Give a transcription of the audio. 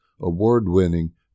award-winning